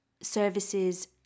services